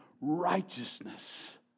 righteousness